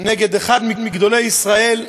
נגד אחד מגדולי ישראל,